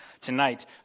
tonight